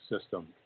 system